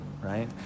right